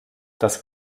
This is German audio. das